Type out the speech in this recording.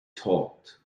talked